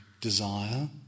desire